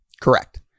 Correct